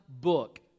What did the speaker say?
book